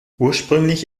ursprünglich